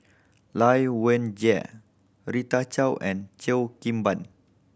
Lai Weijie Rita Chao and Cheo Kim Ban